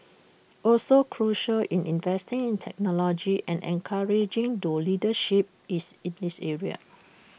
also crucial is investing in technology and encouraging thought leadership is in this area